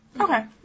Okay